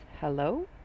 hello